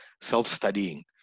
self-studying